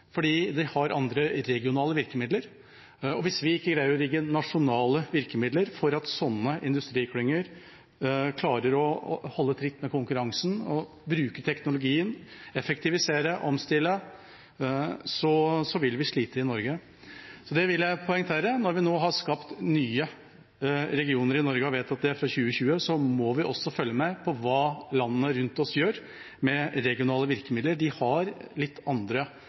fordi de har andre regionale virkemidler. Hvis vi ikke greier å rigge nasjonale virkemidler slik at sånne industriklynger klarer å holde tritt med konkurransen og kan bruke teknologien, effektivisere, omstille, så vil vi slite i Norge. Jeg vil poengtere at når vi nå har skapt nye regioner i Norge, vedtatt det fra 2020, må vi også følge med på hva landene rundt oss gjør med regionale virkemidler. De har litt andre